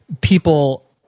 people